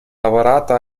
lavorato